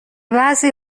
بعضی